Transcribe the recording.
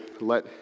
let